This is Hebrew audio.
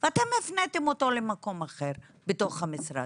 ואתם הפניתם אותו למקום אחר בתוך המשרד.